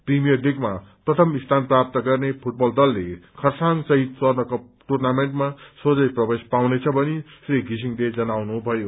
premier लीगमा प्रथम स्थान प्राप्त गर्ने फूटबल दलले खरसाङ शहीद स्वर्ण कप टुर्नामेन्टमा सोझै प्रवेश पाउनेछ भनी श्री गोलले जनाउनु भयो